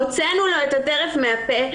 הוצאנו לו את הטרף מהפה,